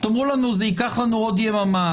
תאמרו לנו: זה ייקח לנו עוד יממה,